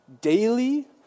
Daily